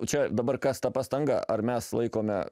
čia dabar kas ta pastanga ar mes laikome